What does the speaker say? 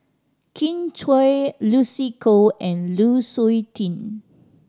Kin Chui Lucy Koh and Lu Suitin